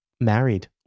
married